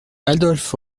adolphe